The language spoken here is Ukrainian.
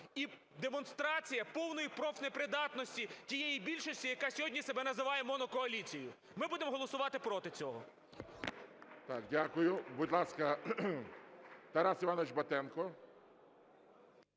і демонстрація повної профнепридатності тієї більшості, яка сьогодні себе називає монокоаліцією. Ми будемо голосувати проти цього. ГОЛОВУЮЧИЙ. Дякую. Будь ласка, Тарас Іванович Батенко.